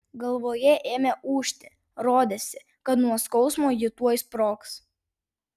galvoje ėmė ūžti rodėsi kad nuo skausmo ji tuoj sprogs